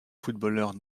footballeurs